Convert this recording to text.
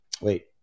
Wait